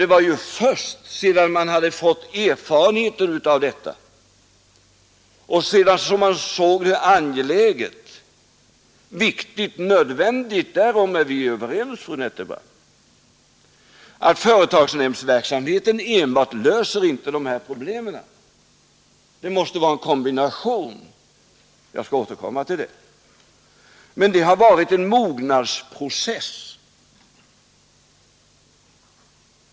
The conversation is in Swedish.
Det var ju först sedan man hade fått erfarenheter av detta och funnit att företagsnämndsverksamheten inte löser de här problemen, som man såg det angeläget, viktigt, ja nödvändigt att åstadkomma något mera — därom är vi överens fru Nettelbrandt. Det måste vara en kombination. Men det har varit en mognadsprocess.